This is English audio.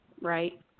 right